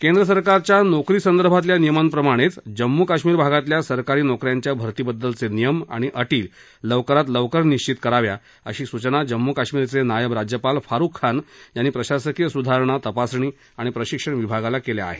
केंद्र सरकारच्या नोकरी संदर्भातल्या नियमांप्रमाणेचं जम्मू काश्मिर भागातल्या सरकारी नोक यांच्या भर्तीबद्दलचे नियम आणि अटी लवकरात लवकर निश्वित कराव्या अशी सूचना जम्मू काश्मिरचे नायब राज्यपाल फारुख खान यांनी प्रशासकीय सुधारणा तपासणी आणि प्रशिक्षण विभागाला केल्या आहेत